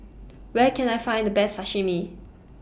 Where Can I Find The Best Sashimi